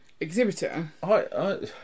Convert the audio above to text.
exhibitor